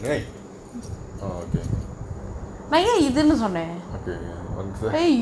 !yay! oh okay okay okay okay once eh